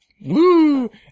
Woo